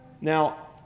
Now